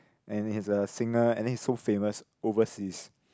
and he is a singer and then he is so famous overseas